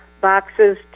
boxes